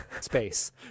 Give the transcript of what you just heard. space